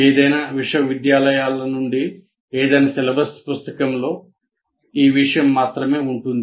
ఏదైనా విశ్వవిద్యాలయాల నుండి ఏదైనా సిలబస్ పుస్తకంలో ఈ విషయం మాత్రమే ఉంటుంది